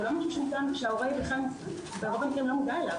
זה משהו שברוב המקרים ההורה לא מודע לו.